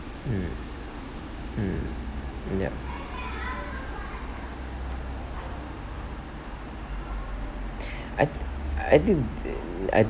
mm mm yeah I I think the I